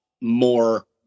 more